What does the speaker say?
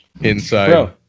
Inside